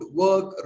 work